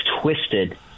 twisted